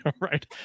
right